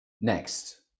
Next